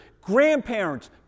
grandparents